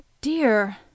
dear